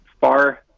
far